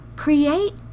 Create